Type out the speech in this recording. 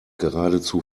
geradezu